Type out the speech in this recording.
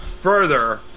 Further